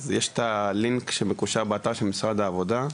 אז יש את הלינק שמקושר באתר של משרד העבודה,